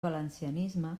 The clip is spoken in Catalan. valencianisme